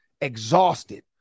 exhausted